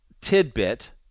tidbit